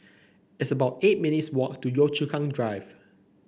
it's about eight minutes' walk to Yio Chu Kang Drive